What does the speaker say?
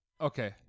Okay